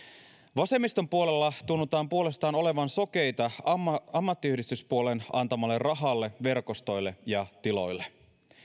vasemmiston puolella tunnutaan puolestaan olevan sokeita ammattiyhdistyspuolen antamalle rahalle verkostoille ja tiloille